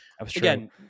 again